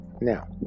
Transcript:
Now